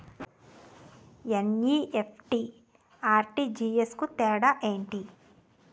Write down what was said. NEFT, RTGS కు తేడా ఏంటి?